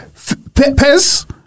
Pez